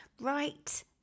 right